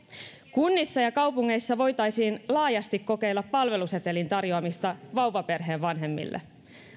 kunnissa ja kaupungeissa voitaisiin laajasti kokeilla palvelusetelin tarjoamista vauvaperheen vanhemmille